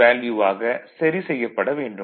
வேல்யூவாக சரி செய்யப்பட வேண்டும்